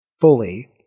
fully